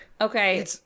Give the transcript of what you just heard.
Okay